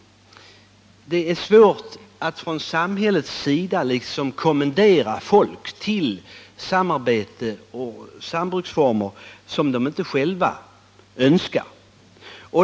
Det är svårt att från samhällets sida kommendera folk till samarbete och sambruksformer som de inte själva önskar.